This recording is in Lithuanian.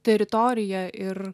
teritoriją ir